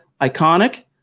Iconic